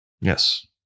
Yes